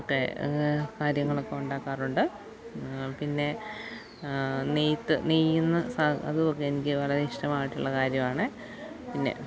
ഒക്കെ കാര്യങ്ങളൊക്കെ ഉണ്ടാക്കാറുണ്ട് പിന്നെ നെയ്ത്തു നെയ്യുന്ന സാ അതുമൊക്കെ എനിക്കു വളരെ ഇഷ്ടമായിട്ടുള്ള കാര്യമാണ് പിന്നെ